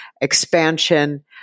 expansion